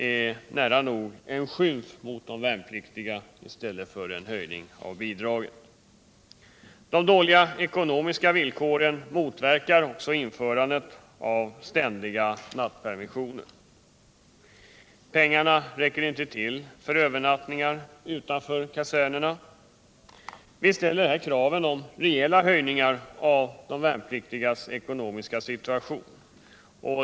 är nästan en skymf mot de värnpliktiga. De dåliga ekonomiska villkoren motverkar införandet av ständiga nattpermissioner. Pengarna räcker inte till för övernattningar utanför kasernerna. Vi ställer kraven om rejäla höjningar av de värnpliktigas ekonomiska situation.